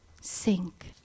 Sink